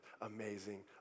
amazing